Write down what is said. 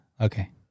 Okay